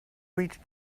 reach